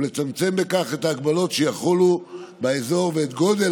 ולצמצם בכך את ההגבלות שיחולו באזור ואת גודל